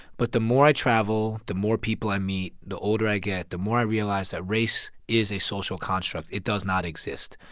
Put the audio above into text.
but the more i travel, the more people i meet, the older i get, the more i realize that race is a social construct. it does not exist.